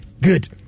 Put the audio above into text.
Good